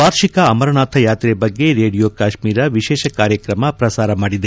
ವಾರ್ಷಿಕ ಅಮರನಾಥ ಯಾತ್ರೆ ಬಗ್ಗೆ ರೇಡಿಯೋ ಕಾಶ್ನೀರ ವಿಶೇಷ ಕಾರ್ಯಕ್ರಮ ಪ್ರಸಾರ ಮಾಡಲಿದೆ